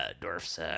Dorf's